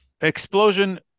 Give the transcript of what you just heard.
Explosion